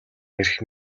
эрх